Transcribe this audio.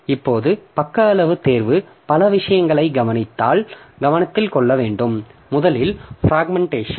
இப்போது பக்க அளவு தேர்வு பல விஷயங்களை கவனத்தில் கொள்ள வேண்டும் முதலில் பிராக்மென்ட்டேஷன்